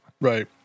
right